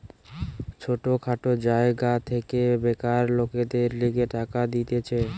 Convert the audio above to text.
ছোট খাটো জায়গা থেকে বেকার লোকদের লিগে টাকা দিতেছে